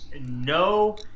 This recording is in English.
no